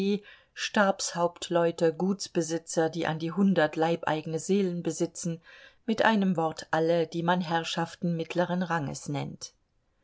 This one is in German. stabshauptleute gutsbesitzer die an die hundert leibeigene seelen besitzen mit einem wort alle die man herrschaften mittleren ranges nennt